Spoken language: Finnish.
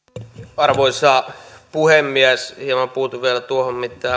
arvoisa puhemies hieman puutun vielä tuohon mitä